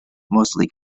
mostly